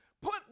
Put